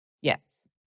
Yes